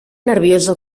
nerviosa